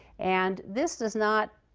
and this does not